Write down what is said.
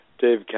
Dave